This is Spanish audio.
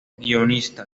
guionista